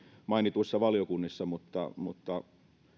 mainituissa valiokunnissa mutta mutta